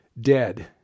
dead